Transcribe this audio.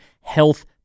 health